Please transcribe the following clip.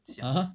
(uh huh)